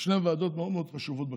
שתי ועדות מאוד מאוד חשובות בכנסת,